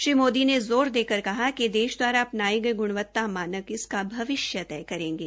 श्री मोदी ने ज़ोर देकर कहा कि देश द्वारा अपनानये गये ग्णवत्ता मानक इसका भविष्य तय करेंगे